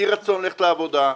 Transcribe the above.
אי רצון ללכת לעבודה,